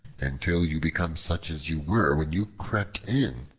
until you become such as you were when you crept in,